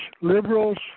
liberals